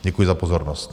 Děkuji za pozornost.